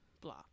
Blah